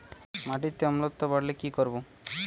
মাটিতে অম্লত্ব বাড়লে কি করব?